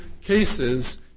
cases